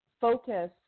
focus